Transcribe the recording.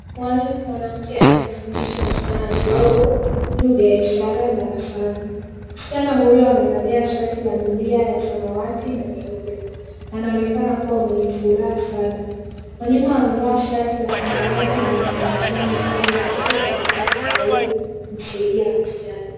Mwalimu mwana mke anamfundisha mtoto mdogo lugha ya ishara darasani. Msichana huyu amevalia shati ya milia ya samawati na nyeupe. Anaonekana kuwa mwenye furaha sana. Mwalimu amevalia shati ya samawati na anatabasamu usoni mwake akionekana kufurahia kusaidia msichana.